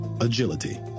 agility